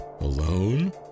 Alone